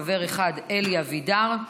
חבר אחד: אלי אבידר,